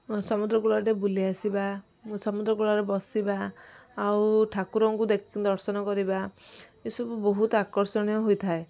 ସମୁଦ୍ରକୂଳ ଆଡ଼େ ବୁଲିଆସିବା ମୁଁ ସମୁଦ୍ରକୂଳରେ ବସିବା ଆଉ ଠାକୁରଙ୍କୁ ଦେଖି ଦର୍ଶନ କରିବା ଏ ସବୁ ବହୁତ ଆକର୍ଷଣୀୟ ହୋଇଥାଏ